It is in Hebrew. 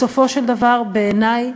בסופו של דבר, בעיני,